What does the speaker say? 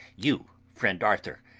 you, friend arthur,